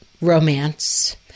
romance